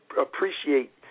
appreciate